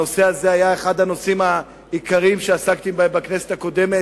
הנושא הזה היה אחד הנושאים העיקריים שעסקתי בהם בכנסת הקודמת.